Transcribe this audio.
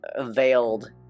veiled